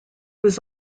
was